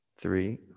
three